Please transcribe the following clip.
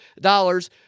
dollars